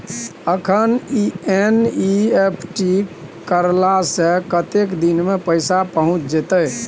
अखन एन.ई.एफ.टी करला से कतेक दिन में पैसा पहुँच जेतै?